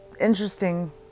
Interesting